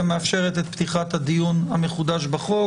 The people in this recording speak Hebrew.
מאפשרת את פתיחת הדיון המחודש בחוק.